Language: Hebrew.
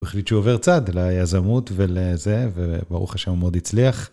החליט שהוא עובר צד ליזמות ולזה, וברוך השם הוא מאוד הצליח.